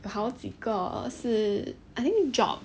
有好几个是 err I think job